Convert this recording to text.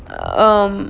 um